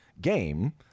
game